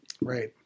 Right